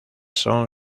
son